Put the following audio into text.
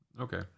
Okay